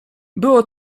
było